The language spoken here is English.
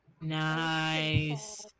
Nice